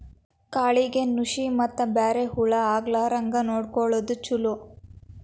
ಕಾಳಿಗೆ ನುಶಿ ಮತ್ತ ಬ್ಯಾರೆ ಹುಳಾ ಆಗ್ಲಾರಂಗ ನೊಡಕೊಳುದು ಚುಲೊ